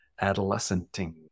adolescenting